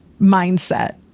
mindset